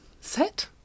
Set